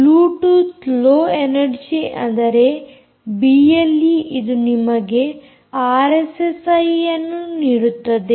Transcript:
Bluetooth low energy ಅಂದರೆ BLE ಇದು ನಿಮಗೆ ಆರ್ಎಸ್ಎಸ್ಐ ಯನ್ನು ನೀಡುತ್ತದೆ